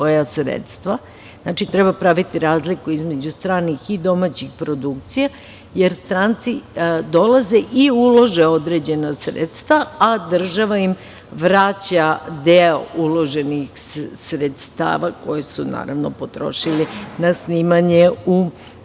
treba praviti razliku između stranih i domaćih produkcija, jer stranci dolaze i ulože određena sredstva, a država im vraća deo uloženih sredstava koje su potrošili na snimanje u Srbiji,